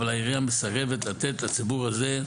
אבל העירייה מסרבת לתת לציבור הזה,